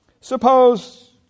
Suppose